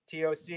TOC